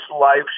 life